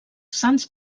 sants